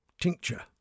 tincture